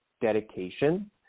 dedication